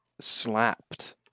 slapped